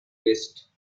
list